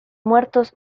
muertos